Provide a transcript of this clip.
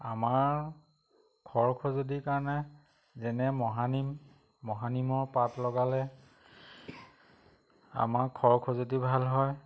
আমাৰ খৰ খজুৱতিৰ কাৰণে যেনে মহানিম মহানিমৰ পাত লগালে আমাৰ খৰ খজুৱতি যদি ভাল হয়